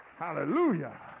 Hallelujah